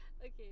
okay